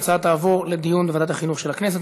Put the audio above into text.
ההצעה תועבר לדיון בוועדת החינוך של הכנסת.